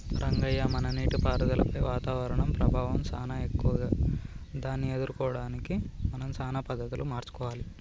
రంగయ్య మన నీటిపారుదలపై వాతావరణం ప్రభావం సానా ఎక్కువే దాన్ని ఎదుర్కోవడానికి మనం సానా పద్ధతులు మార్చుకోవాలి